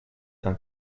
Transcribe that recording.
and